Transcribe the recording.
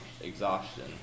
exhaustion